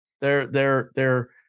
They're—they're—they're